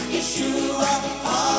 Yeshua